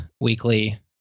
weekly